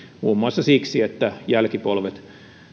muun muassa siksi että jälkipolvet